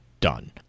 done